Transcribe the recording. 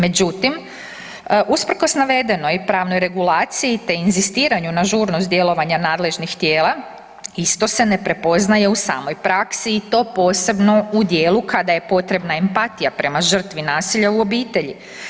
Međutim, usprkos navedenoj i pravnoj regulaciji te inzistiranju na žurnost djelovanja nadležnih tijela isto se ne prepoznaje u samoj praksi i to posebno u dijelu kada je potrebna empatija prema žrtvi nasilja u obitelji.